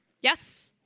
Yes